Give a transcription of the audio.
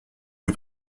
lui